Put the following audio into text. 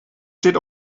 steht